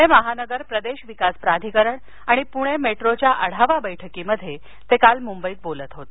पुणे महानगर प्रदेश विकास प्राधिकरण आणि पुणे मेट्रोच्या आढावा बैठकीत ते काल मुंबईत बोलत होते